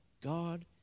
God